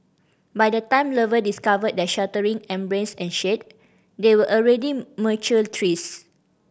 by the time lover discovered their sheltering embrace and shade they were already mature trees